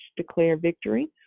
DeclareVictory